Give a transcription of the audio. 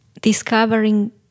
discovering